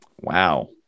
Wow